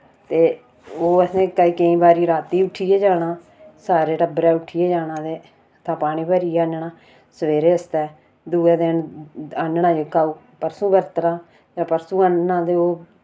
ते ओह् असैं क केईं बारी राती उट्ठियै जाना सारे टब्बरै उट्ठियै जाना ते उत्थां पानी भरियै आह्नना सवेरे आस्तै दुए दिन आह्नना जेह्का ओह् परसु बरतना ते परसु आह्नना ते ओह्